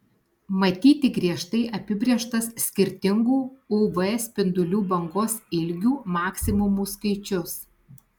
matyti griežtai apibrėžtas skirtingų uv spindulių bangos ilgių maksimumų skaičius